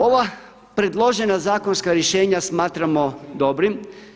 Ova predložena zakonska rješenja smatramo dobrim.